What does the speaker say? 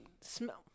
smell